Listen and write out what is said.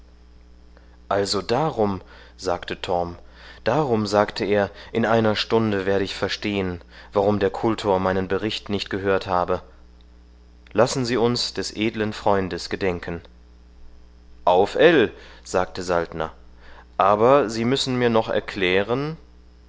also darum sagte torm darum sagte er in einer stunde werde ich verstehen warum der kultor meinen bericht nicht gehört habe lassen sie uns des edlen freundes gedenken auf ell sagte saltner aber sie müssen mir noch erklären